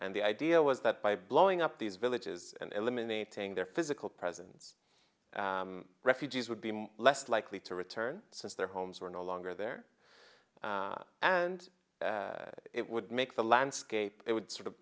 and the idea was that by blowing up these villages and eliminating their physical presence refugees would be less likely to return since their homes were no longer there and it would make the landscape it would sort of